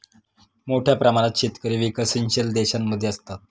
मोठ्या प्रमाणात शेतकरी विकसनशील देशांमध्ये असतात